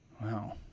Wow